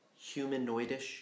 humanoidish